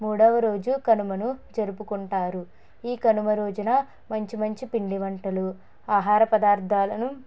మూడవరోజు కనుమను జరుపుకుంటారు ఈ కనుమ రోజున మంచి మంచి పిండి వంటలు ఆహార పదార్థాలను